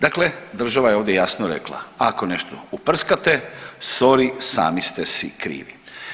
Dakle, država je ovdje jasno rekla, ako nešto uprskate sory sami ste si krivi.